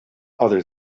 other